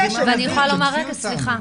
סליחה,